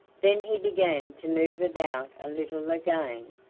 then he began to move about a little again.